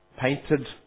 painted